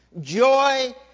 Joy